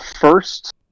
first